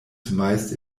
zumeist